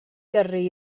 gyrru